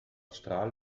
strahl